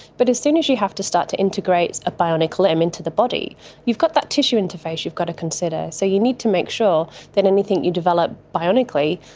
but as soon as you have to start to integrate a bionic limb into the body you've got that tissue interface you've got to consider, so you need to make sure that anything you develop bionically,